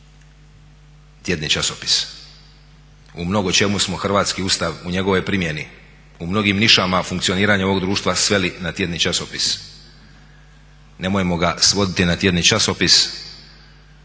tjedni časopis. U mnogočemu smo Hrvatski ustav u njegovoj primjeni, u mnogim nišama funkcioniranje ovog društva sveli na tjedni časopis, nemojmo ga svoditi na tjedni časopis